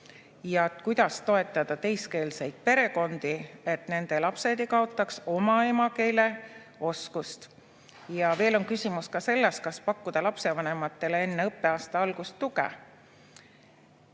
kuidas toetada teiskeelseid perekondi, et nende lapsed ei kaotaks oma emakeele oskust. Veel on küsimus selles, kas pakkuda lapsevanematele enne õppeaasta algust tuge.